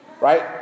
Right